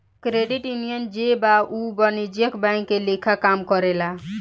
credit union जे बा उ वाणिज्यिक बैंक के लेखा काम करेला